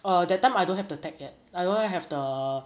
err that time I don't have to tag yet I don't have the